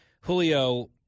Julio